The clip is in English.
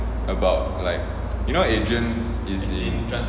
about like you know adrian is in